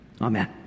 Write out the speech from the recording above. Amen